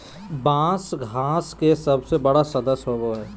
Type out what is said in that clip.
बाँस घास के सबसे बड़ा सदस्य होबो हइ